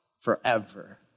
forever